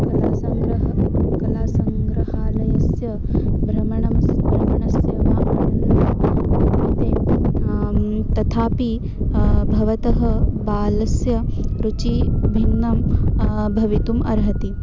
कलासङ्ग्रहः कलासङ्ग्रहालयस्य भ्रमणं स् भ्रमणस्य वा तथापि भवतः बालस्य रुचिः भिन्नं भवितुम् अर्हति